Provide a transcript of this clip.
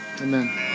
Amen